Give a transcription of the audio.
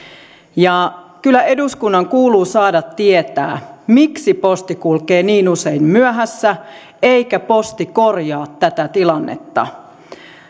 kyllä eduskunnan kuuluu saada tietää miksi posti kulkee niin usein myöhässä eikä posti korjaa tätä tilannetta